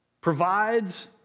provides